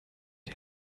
den